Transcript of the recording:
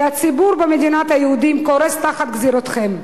כי הציבור במדינת היהודים קורס תחת גזירותיכם.